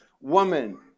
woman